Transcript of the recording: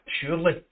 surely